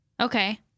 Okay